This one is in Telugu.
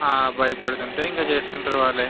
భయపెడుతుంటే ఇంక చేస్తూ ఉంటారు వాళ్ళే